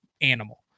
animal